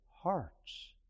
Hearts